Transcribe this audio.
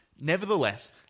Nevertheless